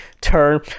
turn